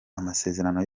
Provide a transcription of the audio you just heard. amasezerano